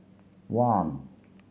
one